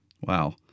Wow